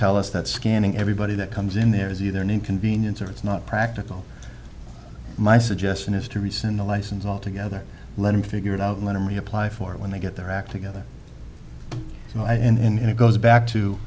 tell us that scanning everybody that comes in there is either an inconvenience or it's not practical my suggestion is to rescind the license altogether let him figure it out and let him reapply for it when they get their act together and it goes back to